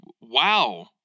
wow